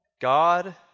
God